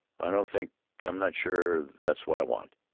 i don't think i'm not sure that's what i want.